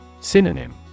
Synonym